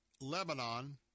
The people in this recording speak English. Lebanon